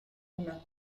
una